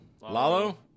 Lalo